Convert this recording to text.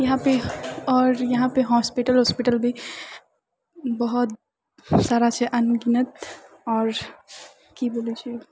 यहाँ पे आओर यहाँ पे हॉस्पिटल उस्पिटल भी बहुत सारा छै अनगिनत आओर की बोलए छै